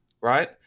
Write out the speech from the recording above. right